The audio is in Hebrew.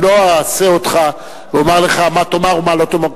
אני לא אהסה אותך ואומר לך מה תאמר ומה לא תאמר,